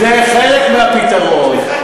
זה חלק מהפתרון.